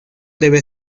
debe